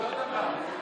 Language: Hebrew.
אותו דבר.